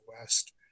West